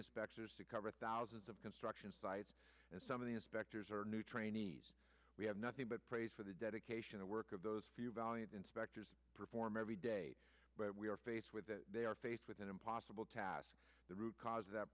inspectors to cover thousands of construction sites and some of the inspectors are new trainees we have nothing but praise for the dedication the work of those few valiant inspectors perform every day but we are faced with that they are faced with an impossible task the root cause of that